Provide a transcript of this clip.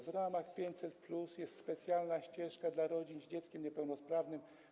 W ramach 500+ jest specjalna ścieżka dla rodzin z dzieckiem niepełnosprawnym.